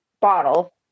bottle